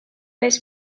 les